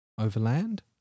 overland